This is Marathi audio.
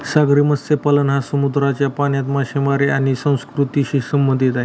सागरी मत्स्यपालन हा समुद्राच्या पाण्यात मासेमारी आणि संस्कृतीशी संबंधित आहे